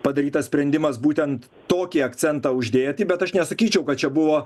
padarytas sprendimas būtent tokį akcentą uždėti bet aš nesakyčiau kad čia buvo